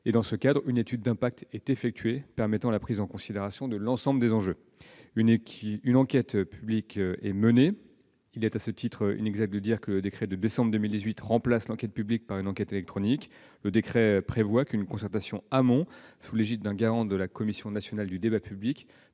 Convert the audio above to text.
et, dans ce cadre, on réalise une étude d'impact permettant la prise en considération de l'ensemble des enjeux. Une enquête publique est ainsi menée ; à ce titre, il est inexact de dire que le décret de décembre 2018 remplace l'enquête publique par une enquête électronique. Ce décret prévoit qu'une concertation en amont, sous l'égide d'un garant de la Commission nationale du débat public,